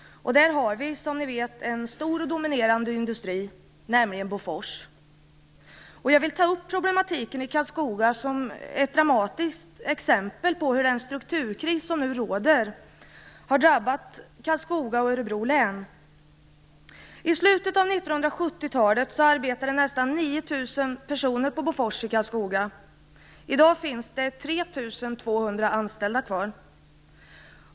Där har vi, som ni vet, en stor och dominerande industri, nämligen Bofors. Jag vill ta upp problematiken i Karlskoga som ett dramatiskt exempel på hur den strukturkris som nu råder har drabbat Karlskoga och Örebro län. 3 200 anställda kvar.